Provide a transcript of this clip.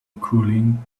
cooling